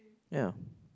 ya